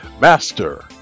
master